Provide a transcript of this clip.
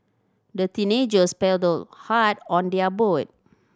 the teenagers paddled hard on their boat